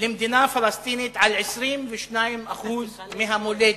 למדינה פלסטינית על 22% מהמולדת.